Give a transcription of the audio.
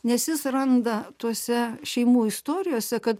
nes jis randa tose šeimų istorijose kad